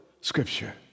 Scripture